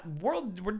world